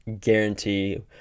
Guarantee